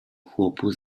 chłopu